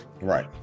Right